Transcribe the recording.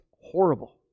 horrible